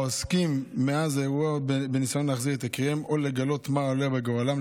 העוסקים מאז האירוע בניסיון להחזיר את יקיריהם או לגלות מה עלה בגורלם,